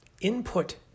input